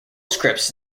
scripts